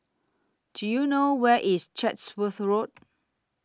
Do YOU know Where IS Chatsworth Road